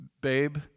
babe